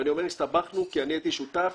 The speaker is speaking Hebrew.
אני אומר "הסתבכנו", כי הייתי שותף